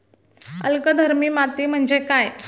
अल्कधर्मी माती म्हणजे काय?